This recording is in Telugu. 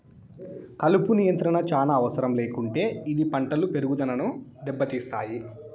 కలుపు నియంత్రణ చానా అవసరం లేకుంటే ఇది పంటల పెరుగుదనను దెబ్బతీస్తాయి